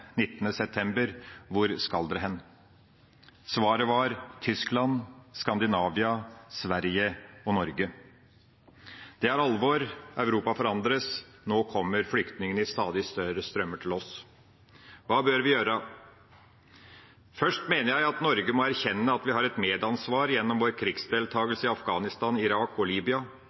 september: Hvor skal dere hen? Svaret var: Tyskland, Skandinavia, Sverige og Norge. Det er alvor. Europa forandres. Nå kommer flyktningene i stadig større strømmer til oss. Hva bør vi gjøre? Først mener jeg at Norge må erkjenne at vi har et medansvar gjennom vår